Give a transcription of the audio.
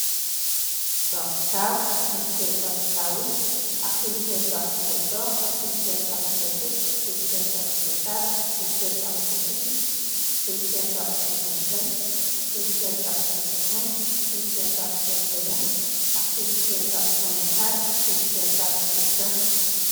Akgkau, akgtimsiento akgawait, akgtimsiento akgkuto. akgtimsiento akgkutut, akgtimsiento akgkutat, akgtimsiento akgkukitsis, akgtimcsiento akgkuchaxan akgtimsiento akgkutuyun, akgtimsiento akgkutsayan, akgtimciento akgkunajats, akgtimsiento akgpuxam